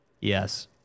Yes